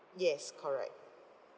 yes correct